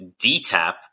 DTAP